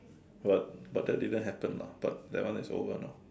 but but that didn't happen lah but that one is over now